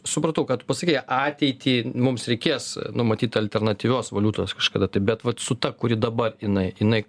supratau ką tu pasakei ateity mums reikės nu matyt alternatyvios valiutos kažkada tai bet vat su ta kuri dabar jinai jinai